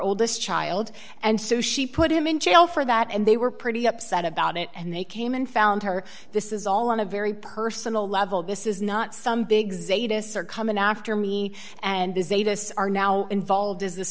oldest child and so she put him in jail for that and they were pretty upset about it and they came and found her this is all on a very personal level this is not some big zeta sir coming after me and this is a this are now involved is this